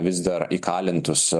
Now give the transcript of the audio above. vis dar įkalintus